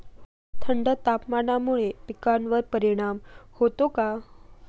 थंड तापमानामुळे पिकांवर परिणाम होतो का?